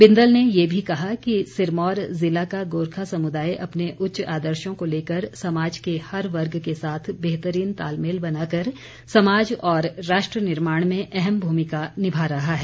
बिंदल ने ये भी कहा कि सिरमौर जिला का गोरखा समुदाय अपने उच्च आदर्शों को लेकर समाज के हर वर्ग के साथ बेहतरीन तालमेल बनाकर समाज और राष्ट्र निर्माण में अहम भूमिका निभा रहा है